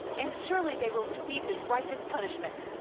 and surely they will receive his righteous punishment.